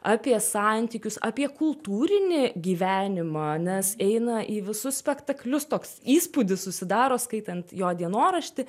apie santykius apie kultūrinį gyvenimą nes eina į visus spektaklius toks įspūdis susidaro skaitant jo dienoraštį